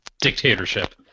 dictatorship